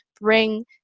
bring